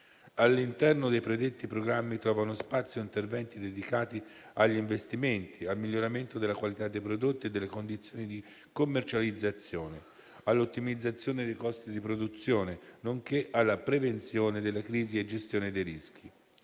All'interno dei predetti programmi trovano spazio interventi dedicati agli investimenti, al miglioramento della qualità dei prodotti e delle condizioni di commercializzazione, all'ottimizzazione dei costi di produzione, nonché alla prevenzione della crisi e gestione dei rischi.